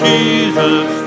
Jesus